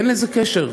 אין לזה קשר,